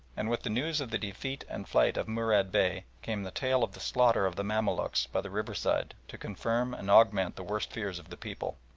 and with the news of the defeat and flight of murad bey came the tale of the slaughter of the mamaluks by the riverside to confirm and augment the worst fears of the people.